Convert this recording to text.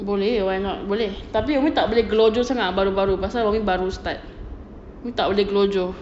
boleh why not boleh tapi umi tak boleh gelojoh sangat baru baru pasal umi baru start tak boleh gelojoh